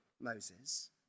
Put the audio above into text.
Moses